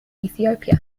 ethiopia